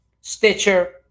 Stitcher